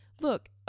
look